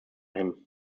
him